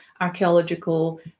archaeological